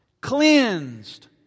cleansed